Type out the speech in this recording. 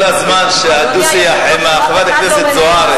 כל זמן שהדו-שיח עם חברת הכנסת זוארץ,